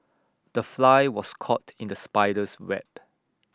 the fly was caught in the spider's web